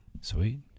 Sweet